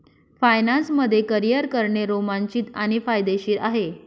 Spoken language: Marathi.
फायनान्स मध्ये करियर करणे रोमांचित आणि फायदेशीर आहे